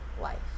life